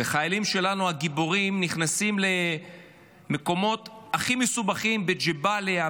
החיילים שלנו הגיבורים נכנסים למקומות הכי מסובכים בג'באליה,